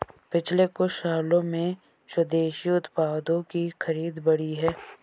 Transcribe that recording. पिछले कुछ सालों में स्वदेशी उत्पादों की खरीद बढ़ी है